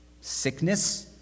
sickness